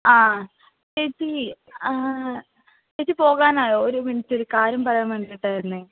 ആ ചേച്ചീ ചേച്ചി പോകാനായോ ഒരു മിനുറ്റ് ഒരു കാര്യം പറയാൻ വേണ്ടിയിട്ടായിരുന്നു